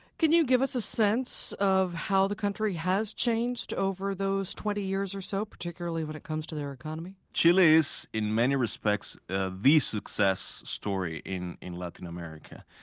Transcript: can you give us a sense of how the country has changed over those twenty years or so, particularly when it comes to their economy? chile is in many respects ah the success story in in latin america.